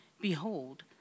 Behold